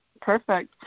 Perfect